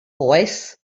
oes